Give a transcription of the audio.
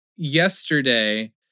Yesterday